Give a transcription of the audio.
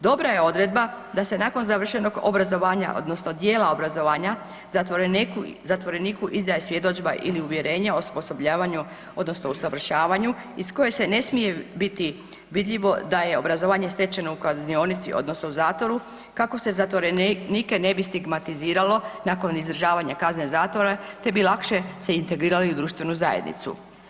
Dobra je odredba da se nakon završenog obrazovanja, odnosno dijela obrazovanja zatvoreniku izdaje svjedodžba ili uvjerenje o osposobljavanju, odnosno usavršavanju iz koje ne smije biti vidljivo da je obrazovanje stečeno u kaznionici, odnosno zatvoru kako se zatvorenike ne bi stigmatiziralo nakon izdržavanja kazne zatvora, te bi lakše se integrirali u društvenu zajednicu.